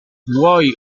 vuoi